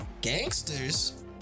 gangsters